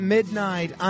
Midnight